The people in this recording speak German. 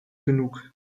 genug